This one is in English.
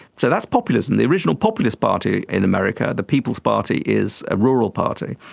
so that's populism. the original populist party in america, the people's party, is a rural party.